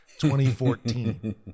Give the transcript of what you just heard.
2014